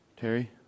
Terry